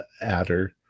adder